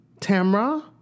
Tamra